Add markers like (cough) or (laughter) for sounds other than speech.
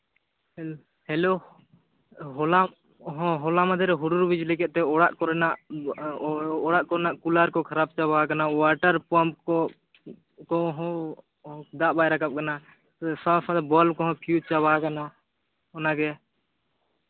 hello ᱦᱚᱞᱟ ᱦᱚᱸ ᱦᱚᱞᱟ ᱢᱟᱸᱫᱷᱮᱨᱮ ᱦᱩᱰᱩᱨ ᱵᱤᱡᱽᱞᱤ ᱠᱮᱫᱛᱮ ᱚᱲᱟᱜ ᱠᱚᱨᱮᱱᱟᱜ ᱚᱲᱟᱜ ᱠᱚᱨᱮᱱᱟᱜ ᱠᱩᱞᱟᱨ ᱠᱚ ᱠᱷᱟᱨᱟᱯ ᱪᱟᱵᱟ ᱟᱠᱟᱱᱟ ᱳᱣᱟᱴᱟᱨ ᱯᱟᱢᱯ (unintelligible) ᱠᱚᱦᱚᱸ ᱫᱟᱜ ᱵᱟᱭ ᱨᱟᱠᱟᱵ ᱠᱟᱱᱟ ᱥᱚᱸᱜᱮ ᱥᱚᱸᱜᱮ ᱵᱟᱞᱵᱽ ᱠᱚᱦᱚᱸ ᱯᱷᱤᱭᱩᱡᱽ ᱪᱟᱵᱟ ᱟᱠᱟᱱᱟ ᱚᱱᱟᱜᱮ